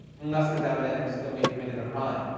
unless there's evidence that we've committed a crime.